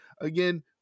Again